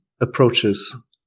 approaches